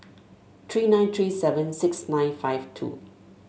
three nine three seven six nine five two